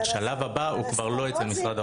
השלב הבא הוא כבר לא אצל משרד האוצר.